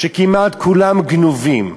שכמעט כולם גנובים,